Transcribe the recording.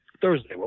thursday